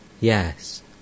Yes